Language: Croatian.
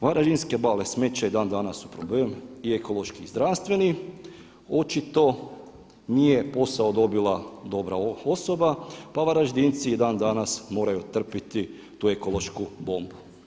Varaždinske bale smeća i dan danas su problem i ekološki i zdravstveni, očito nije posao dobila dobra osoba pa Varaždinci i dan danas moraju trpiti tu ekološku bombu.